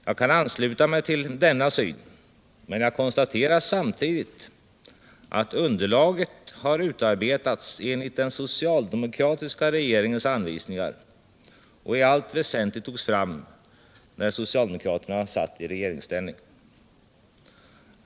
Jag kan ansluta mig till denna syn, men jag konstaterar samtidigt att underlaget har utarbetats enligt den socialdemokratiska regeringens anvisningar och i allt väsentligt togs fram när socialdemokraterna satt i regeringsställning.